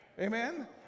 Amen